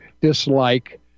dislike